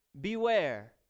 beware